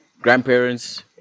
grandparents